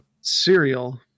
Cereal